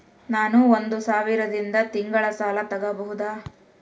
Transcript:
ನಾನು ಒಂದು ಸಾವಿರದಿಂದ ತಿಂಗಳ ಸಾಲ ತಗಬಹುದಾ?